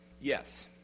Yes